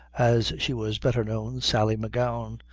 as she was better known, sally m'gowan,